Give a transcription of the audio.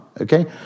okay